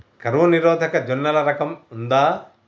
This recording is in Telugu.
కరువు నిరోధక జొన్నల రకం ఉందా?